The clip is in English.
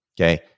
Okay